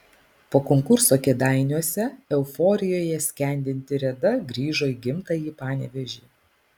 po konkurso kėdainiuose euforijoje skendinti reda grįžo į gimtąjį panevėžį